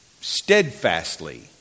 steadfastly